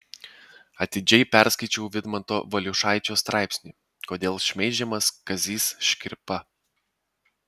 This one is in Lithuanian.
atidžiai perskaičiau vidmanto valiušaičio straipsnį kodėl šmeižiamas kazys škirpa